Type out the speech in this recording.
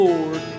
Lord